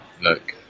look